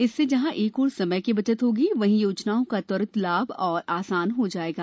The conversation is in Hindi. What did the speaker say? इससे जहां एक ओर समय की बचत होगी वहीं योजनाओं का त्वरित लाभ और आसान हो जायेगा